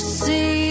see